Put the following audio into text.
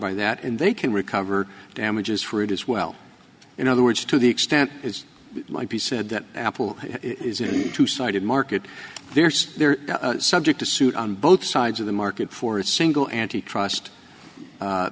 by that and they can recover damages for it as well in other words to the extent is might be said that apple is a two sided market there so they're subject to suit on both sides of the market for a single antitrust